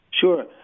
Sure